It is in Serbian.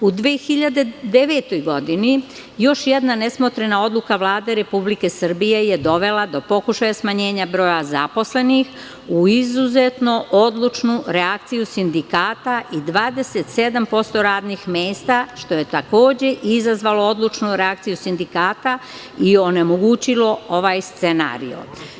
U godini 2009. je još jedna nesmotrena odluka Vlade Republike Srbije dovela do pokušaja smanjenja broja zaposlenih u izuzetno odlučnu reakciju sindikata i 27% radnih mesta, što je takođe izazvalo odlučnu reakciju sindikata i onemogućilo ovaj scenario.